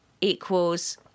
equals